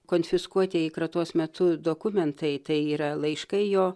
konfiskuotieji kratos metu dokumentai tai yra laiškai jo